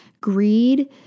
greed